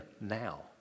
now